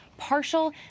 Partial